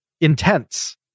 intense